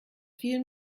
vielen